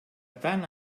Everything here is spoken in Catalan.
tant